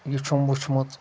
یہِ چھُم وٕچھمُت